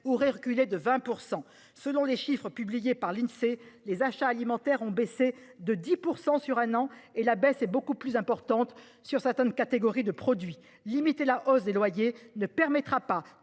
aurait reculé de 20 %. Selon les chiffres publiés en avril dernier par l'Insee, les achats alimentaires ont diminué de 10 % en un an, et la baisse est beaucoup plus importante sur certaines catégories de produits. Limiter la hausse des loyers ne permettra pas